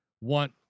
want